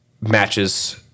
matches